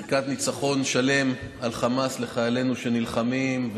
ברכת ניצחון שלם על חמאס לחיילינו שנלחמים,